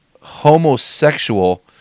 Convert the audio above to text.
homosexual